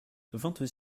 vingt